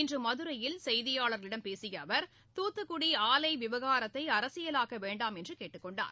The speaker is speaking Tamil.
இன்று மதுரையில் செய்தியாளர்களிடம் பேசிய அவர் தூத்துக்குடி ஆலை விவகாரத்தை அரசியலாக்க வேண்டாம் என்று கேட்டுக் கொண்டார்